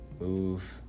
move